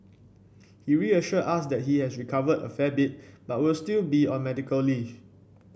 he reassured us that he has recovered a fair bit but will still be on medical leave